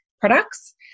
products